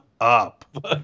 up